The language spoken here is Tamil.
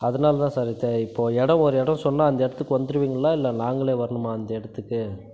அதனால தான் சார் இதை இப்போ இடம் ஒரு இடம் சொன்னால் அந்த இடத்துக்கு வந்துடுவிங்களா இல்லை நாங்களே வரணுமா அந்த இடத்துக்கு